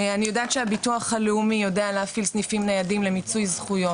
אני יודעת שהביטוח הלאומי יודע להפעיל סניפים ניידים למיצוי זכויות.